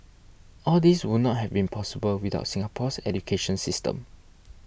all these would not have been possible without Singapore's education system